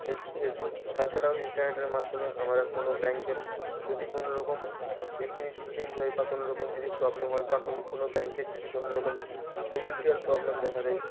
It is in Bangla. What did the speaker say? এর জ এর ফ তাছাড়াও ইন্টারনেটের মাধ্যমে আমরা কোনো ব্যাংকের যদি কোনো রকম রীতি নীতি চেঞ্জ হয় বা কোনো রকম যদি প্রবলেম হয় বা কোনো ব্যাংকের যদি কোনো রকম ফিনান্সিয়াল প্রবলেম দেখা দেয়